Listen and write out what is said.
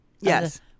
yes